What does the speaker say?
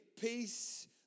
peace